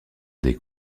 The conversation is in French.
des